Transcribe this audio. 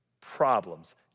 problems